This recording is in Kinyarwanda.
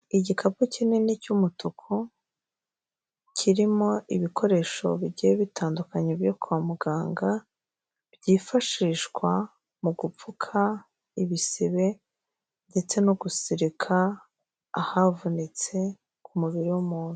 Igikapu kinini cy'umutuku, kirimo ibikoresho bigiye bitandukanye byo kwa muganga byifashishwa mu gupfuka ibisebe ndetse no kuzirika, ahavunitse ku mubiri w'umuntu.